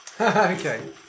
Okay